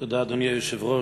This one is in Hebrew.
על הדוכן,